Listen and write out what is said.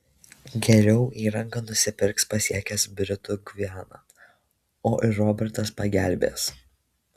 geriau įrangą nusipirks pasiekęs britų gvianą o ir robertas pagelbės